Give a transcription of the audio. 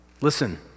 Listen